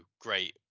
great